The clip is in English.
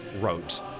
wrote